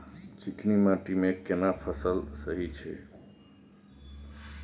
चिकनी माटी मे केना फसल सही छै?